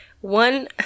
One